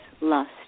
lust